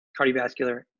cardiovascular